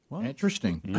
Interesting